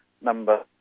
Number